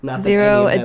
Zero